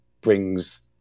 brings